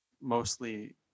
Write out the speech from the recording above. mostly